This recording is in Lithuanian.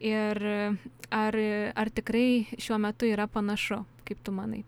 ir ar ar tikrai šiuo metu yra panašu kaip tu manai